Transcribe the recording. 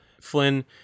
flynn